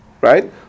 right